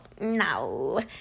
No